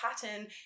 pattern